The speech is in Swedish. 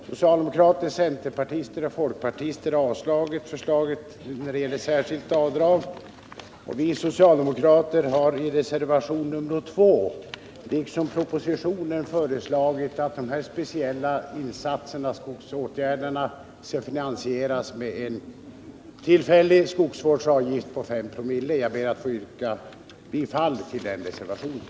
Socialdemokrater, centerpartister och folkpartister har avstyrkt förslagen om särskilt avdrag, och vi socialdemokrater har i reservation nr 2 liksom propositionen föreslagit att de speciella skogsåtgärderna skall finansieras med en tillfällig skogsvårdsavgift på 5 2/oo. Jag ber att få yrka bifall till den reservationen.